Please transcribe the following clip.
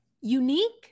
unique